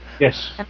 Yes